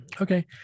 Okay